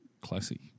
classy